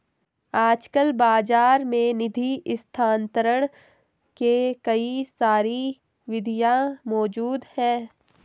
आजकल बाज़ार में निधि स्थानांतरण के कई सारी विधियां मौज़ूद हैं